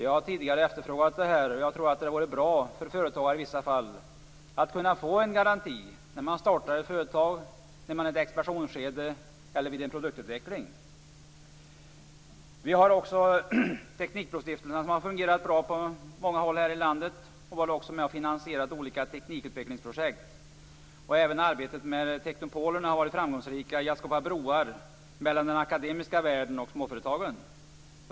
Jag har tidigare efterfrågat det, och jag tror att det vore bra för företagare i vissa fall att kunna få en garanti när man startar ett företag, när man är i ett expansionsskede eller vid en produktutveckling. Teknikbrostiftelserna har också fungerat bra på många håll i landet. De har också varit med och finansierat olika teknikutvecklingsprojekt. Även arbetet med tekniknopolerna har varit framgångsrika i att skapa broar mellan den akademiska världen och småföretagen.